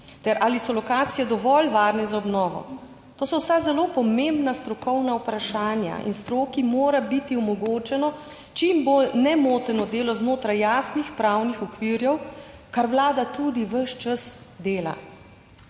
ali so lokacije dovolj varne za obnovo, to so vsa zelo pomembna strokovna vprašanja in stroki mora biti omogočeno čim bolj nemoteno delo znotraj jasnih pravnih okvirjev, kar Vlada tudi ves čas dela.